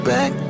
Back